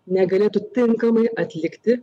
negalėtų tinkamai atlikti